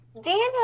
Daniel